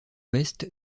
ouest